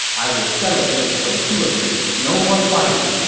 i will settle this for the two of you. no more fighting.